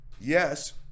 Yes